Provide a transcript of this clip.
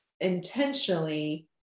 intentionally